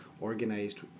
organized